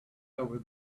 over